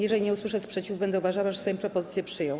Jeżeli nie usłyszę sprzeciwu, będę uważała, że Sejm propozycję przyjął.